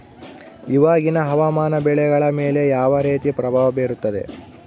ಇವಾಗಿನ ಹವಾಮಾನ ಬೆಳೆಗಳ ಮೇಲೆ ಯಾವ ರೇತಿ ಪ್ರಭಾವ ಬೇರುತ್ತದೆ?